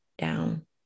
down